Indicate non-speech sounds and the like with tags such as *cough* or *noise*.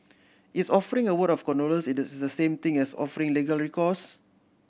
is offering a word of condolence it *noise* the same thing as offering legal recourse